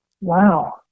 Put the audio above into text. Wow